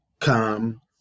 come